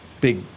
big